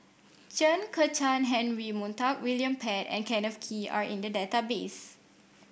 Chen Kezhan Henri Montague William Pett and Kenneth Kee are in the database